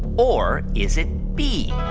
or is it b,